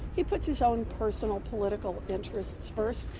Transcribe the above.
he puts his own personal political interests first.